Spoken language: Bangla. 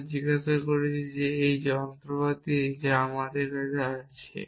আমরা জিজ্ঞাসা করছি যে এই যন্ত্রপাতি যা আমাদের কাছে আছে